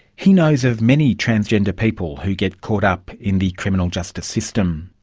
he knows of many transgender people who get caught up in the criminal justice system.